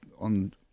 on